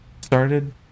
started